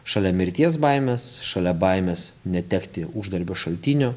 šalia mirties baimės šalia baimės netekti uždarbio šaltinio